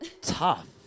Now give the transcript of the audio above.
tough